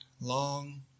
long